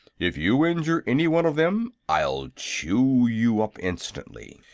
if you injure any one of them i'll chew you up instantly.